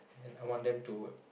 and I want them to